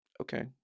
Okay